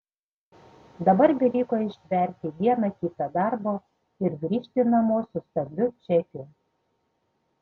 dabar beliko ištverti dieną kitą darbo ir grįžti namo su stambiu čekiu